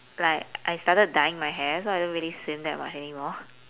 like I started dyeing my hair so I don't really swim that much anymore